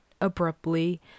abruptly